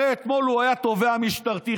הרי אתמול הוא היה תובע משטרתי,